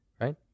right